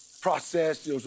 processed